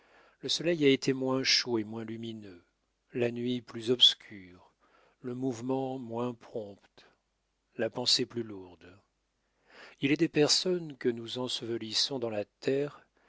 le soleil a été moins chaud et moins lumineux la nuit plus obscure le mouvement moins prompt la pensée plus lourde il est des personnes que nous ensevelissons dans la terre